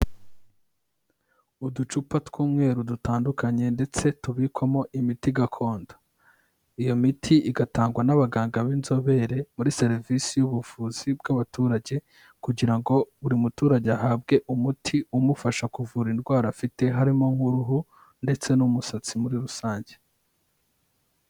Uducupa tw'umweru dutandukanye ndetse tubikwamo imiti gakondo. Iyo miti igatangwa n'abaganga b'inzobere muri serivisi y'ubuvuzi bw'abaturage, kugira ngo buri muturage ahabwe umuti umufasha kuvura indwara afite, harimo nk'uruhu ndetse n'umusatsi muri rusange.